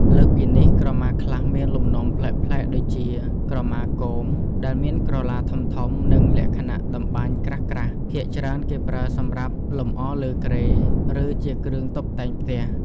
លើសពីនេះ ក្រមាខ្លះមានលំនាំប្លែកៗដូចជា ក្រមាគោម ដែលមានក្រឡាធំៗ និងលក្ខណៈតម្បាញក្រាស់ៗ ភាគច្រើនគេប្រើសម្រាប់លម្អលើគ្រែ ឬជាគ្រឿងតុបតែងផ្ទះ។